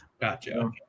gotcha